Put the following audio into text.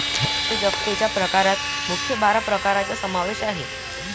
उद्योजकतेच्या प्रकारात मुख्य बारा प्रकारांचा समावेश आहे